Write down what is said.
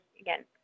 again